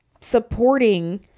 supporting